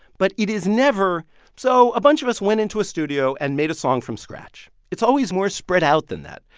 but it is never so a bunch of us went into a studio and made a song from scratch. it's always more spread out than that,